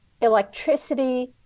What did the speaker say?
Electricity